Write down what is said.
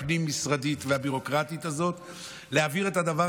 הפנים-משרדית והביורוקרטית הזאת כדי להעביר את הדבר